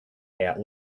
hat